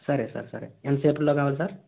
సరే సార్ సరే ఎంతసేపట్లో కావాలి సార్